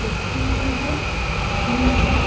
Paschimbanga Bihar